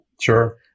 Sure